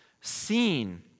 seen